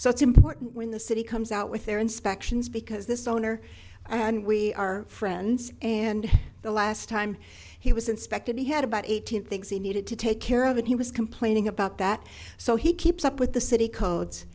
so it's important when the city comes out with their inspections because this owner and we are friends and the last time he was inspected he had about eight hundred things he needed to take care of and he was complaining about that so he keeps up with the city codes